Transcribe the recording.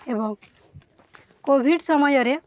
ଏବଂ କୋଭିଡ଼ ସମୟରେ